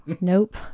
Nope